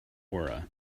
aura